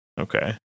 okay